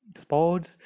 sports